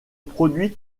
produit